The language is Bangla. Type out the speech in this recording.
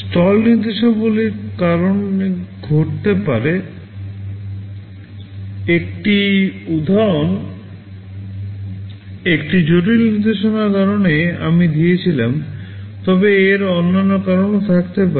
স্টল নির্দেশাবলী এর কারণে ঘটতে পারে একটি উদাহরণ একটি জটিল নির্দেশনার কারণে আমি দিয়েছিলাম তবে এর অন্যান্য কারণও থাকতে পারে